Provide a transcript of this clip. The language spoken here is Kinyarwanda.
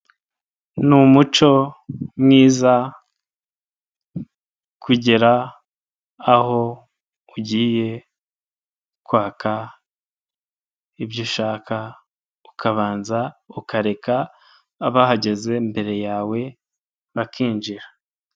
Ni umuco mwiza kugera aho ugiye kwaka ibyo ushaka ukabanza ukareka abahageze mbere yawe bakinjira.